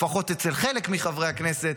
לפחות אצל חלק מחברי הכנסת,